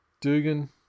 Dugan